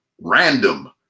random